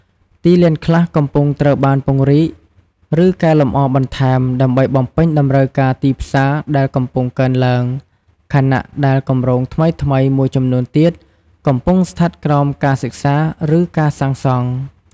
ទីលានខ្លះកំពុងត្រូវបានពង្រីក ឬកែលម្អបន្ថែម ដើម្បីបំពេញតម្រូវការទីផ្សារដែលកំពុងកើនឡើង ខណៈដែលគម្រោងថ្មីៗមួយចំនួនទៀតកំពុងស្ថិតក្រោមការសិក្សា ឬការសាងសង់។